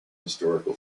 historical